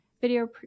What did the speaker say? video